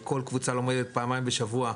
כל קבוצה לומדת פעמיים בשבוע,